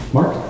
Mark